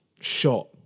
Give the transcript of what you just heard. shot